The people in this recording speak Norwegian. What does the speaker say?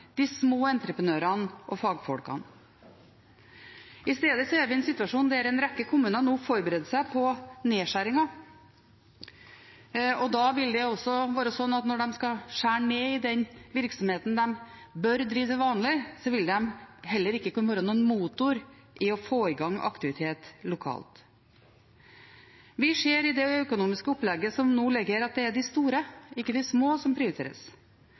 de små entreprenørene og fagfolkene. I stedet er vi i en situasjon der en rekke kommuner nå forbereder seg på nedskjæringer. Da vil det være sånn at når de skal skjære ned den virksomheten de bør drive til vanlig, vil de heller ikke kunne være en motor i å få i gang aktivitet lokalt. Vi ser i det økonomiske opplegget som nå ligger her, at det er de store og ikke de små som prioriteres.